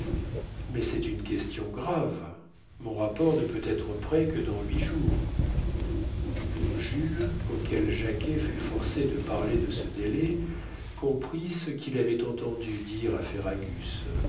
mais c'est une question grave mon rapport ne peut être prêt que dans huit jours jules auquel jacquet fut forcé de parler de ce délai comprit ce qu'il avait entendu dire à ferragus